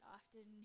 often